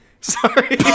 Sorry